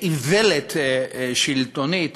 איוולת שלטונית